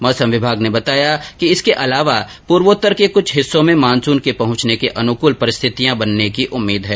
मौसम विभाग ने बताया कि इसके अलावा पूर्वोत्तर के कुछ हिस्सों में मानसून के पहचने के अनुकूल परिस्थितियां बनने की उम्मीद है